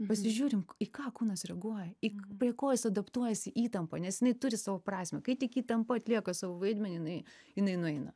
pasižiūrim į ką kūnas reaguoja į prie ko jis adaptuojasi įtampoj nes jinai turi savo prasmę kai tik įtampa atlieka savo vaidmenį jinai jinai nueina